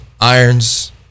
Irons